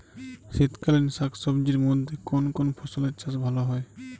শীতকালীন শাকসবজির মধ্যে কোন কোন ফসলের চাষ ভালো হয়?